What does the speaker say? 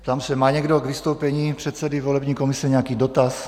Ptám se, má někdo k vystoupení předsedy volební komise nějaký dotaz?